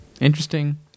interesting